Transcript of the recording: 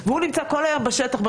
והוא נמצא כול היום בשטח.